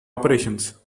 operations